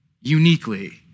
uniquely